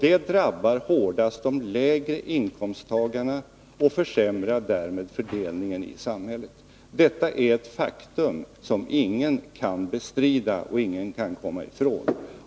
Det drabbar hårdast de lägre inkomsttagarna och försämrar därmed fördelningen i samhället. Detta är ett faktum som ingen kan bestrida och ingen kan komma ifrån.